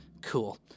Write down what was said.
cool